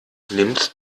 nimmst